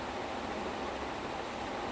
only thing he dresses a lot better